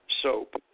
soap